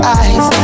eyes